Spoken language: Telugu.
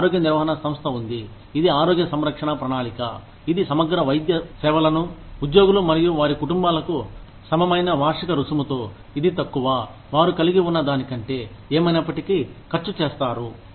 మాకు ఆరోగ్య నిర్వహణ సంస్థ ఉంది ఇది ఆరోగ్య సంరక్షణ ప్రణాళిక ఇది సమగ్ర వైద్య సేవలను ఉద్యోగులు మరియు వారి కుటుంబాలకు సమమైన వార్షిక రుసుముతో ఇది తక్కువ వారు కలిగి ఉన్న దానికంటే ఏమైనప్పటికీ ఖర్చు చేస్తారు